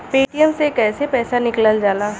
Paytm से कैसे पैसा निकलल जाला?